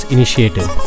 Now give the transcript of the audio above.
Initiative